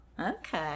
Okay